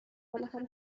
بالاخره